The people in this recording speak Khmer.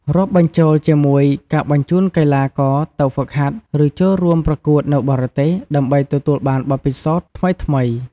រាប់បញ្ចូលជាមួយការបញ្ជូនកីឡាករទៅហ្វឹកហាត់ ឬចូលរួមប្រកួតនៅបរទេស ដើម្បីទទួលបានបទពិសោធន៍ថ្មីៗ។